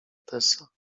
tesa